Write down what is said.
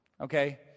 Okay